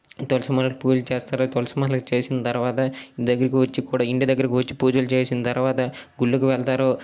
తులసి మాల పూజ చేస్తారు తులసి మాల చేసిన తర్వాత దగ్గరికి వచ్చి కూడా ఇంటి దగ్గరికి వచ్చి పూజలు చేసిన తర్వాత గుళ్ళకు వెళ్తారు